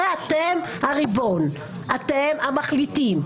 הרי אתם הריבון, אתם המחליטים.